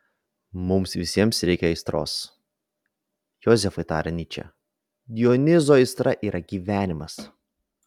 mums visiems reikia aistros jozefai tarė nyčė dionizo aistra yra gyvenimas